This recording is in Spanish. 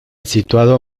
situado